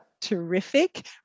terrific